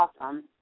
awesome